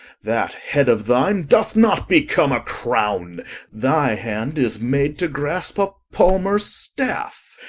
that head of thine doth not become a crowne thy hand is made to graspe a palmers staffe,